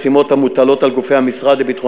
המשימות המוטלות על גופי המשרד לביטחון